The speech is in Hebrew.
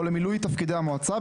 או למילוי תפקידי המועצה,